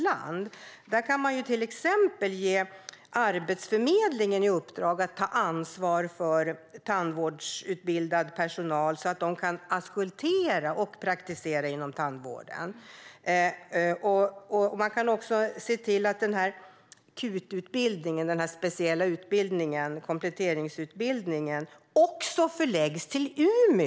Man kan till exempel ge Arbetsförmedlingen i uppdrag att ta ansvar för tandvårdsutbildad personal så att de kan auskultera och praktisera inom tandvården. Man kan också se till att KUT-utbildningen, alltså den speciella kompletteringsutbildningen, också förläggs till Umeå.